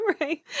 Right